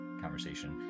conversation